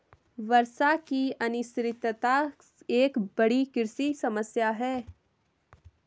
वर्षा की अनिश्चितता एक बड़ी कृषि समस्या है